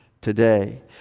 Today